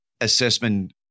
assessment